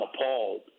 appalled